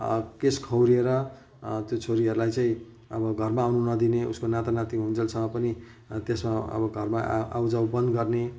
केश खौरिएर त्यो छोरीहरूलाई चाहिँ अब घरमा आउन नदिने उसको नाता नाति हुन्जेलसम्म पनि त्यसमा अब घरमा आउ जाउ बन्द गर्ने